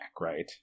right